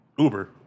Uber